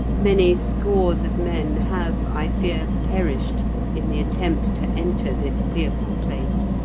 many scores of men have, i fear, perished in the attempt to enter this fearful place,